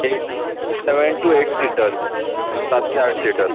eight seven two eight seater सात ते आठ सिटर